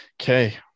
Okay